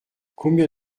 combien